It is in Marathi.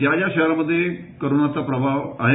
ज्या ज्या शहरामध्ये कोरोनाचा प्रभाव आहे